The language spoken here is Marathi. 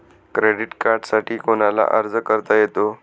क्रेडिट कार्डसाठी कोणाला अर्ज करता येतो?